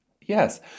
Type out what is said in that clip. yes